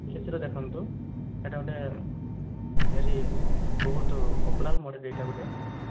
ସେଥିରେ ଦେଖନ୍ତୁ ଏଇଟା ଗୋଟିଏ ବେଶି ବହୁତ ପପୁଲାର ମଡ଼େଲ ଏଇଟା ଗୋଟିଏ